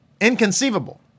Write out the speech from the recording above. inconceivable